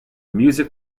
music